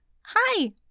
hi